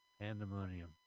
Pandemonium